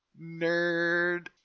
nerd